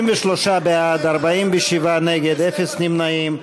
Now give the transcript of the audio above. בעד, 63, נגד, 47, אפס נמנעים.